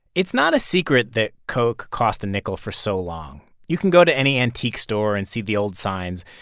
it's not a secret that coke cost a nickel for so long. you can go to any antique store and see the old signs.